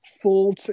full